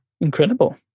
Incredible